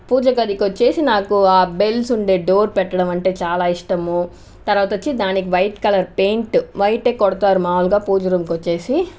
పూజ గదికి వచ్చేసి నాకు ఆ బెల్స్ ఉండే డోర్ పెట్టడం అంటే చాలా ఇష్టము తర్వాత వచ్చి దానికి వైట్ కలర్ పెయింట్ వైట్ ఏ కొడతారు మామూలుగా పూజ రూమ్ కి వచ్చేసి